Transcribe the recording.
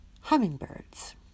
hummingbirds